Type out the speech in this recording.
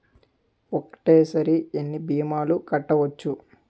ఒక్కటేసరి ఎన్ని భీమాలు కట్టవచ్చు?